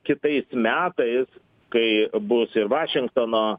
kitais metais kai būs ir vašingtono